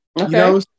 Okay